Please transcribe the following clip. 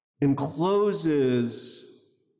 encloses